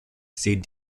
sehen